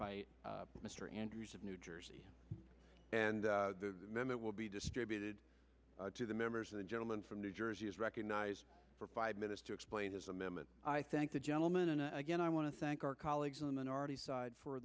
by mr andrews of new jersey and then it will be distributed to the members of the gentleman from new jersey is recognized for five minutes to explain his amendment i thank the gentleman and again i want to thank our colleagues in the minority side for